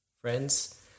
friends